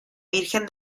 virgen